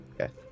Okay